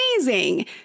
amazing